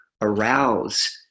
arouse